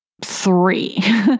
Three